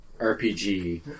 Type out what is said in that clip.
RPG